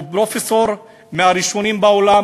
הוא פרופסור מהראשונים בעולם.